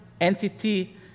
entity